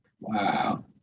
Wow